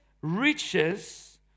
riches